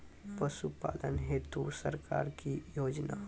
पशुपालन हेतु सरकार की योजना?